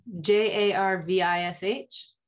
J-A-R-V-I-S-H